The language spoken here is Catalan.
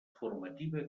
formativa